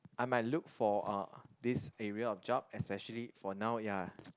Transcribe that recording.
I might look for uh this area of job especially for now ya